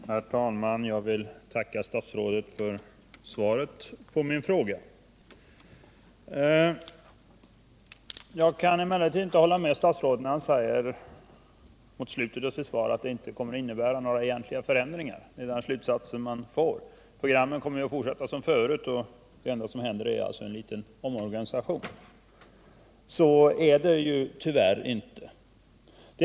Herr talman! Jag vill tacka statsrådet för svaret på min fråga. Jag kan emellertid inte hålla med statsrådet när han i slutet av sitt Svar säger att det inte kommer att innebära några egentliga förändringar. Det är den slutsats som man drar. Programmet kommer, menar han, att fortsätta som förut. Det enda som sker är alltså en liten omorganisation. Tyvärr förhåller det sig inte så.